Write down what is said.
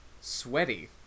sweaty